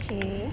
okay